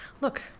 look